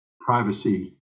privacy